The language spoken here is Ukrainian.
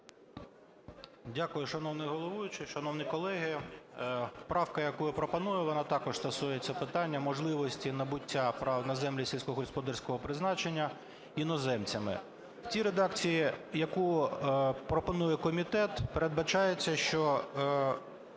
Дякую, шановний головуючий. Шановні колеги, правка, яку я пропоную, вона також стосується питання можливості набуття права на землю сільськогосподарського призначення іноземцями. В тій редакції, яку пропонує комітет, передбачається, що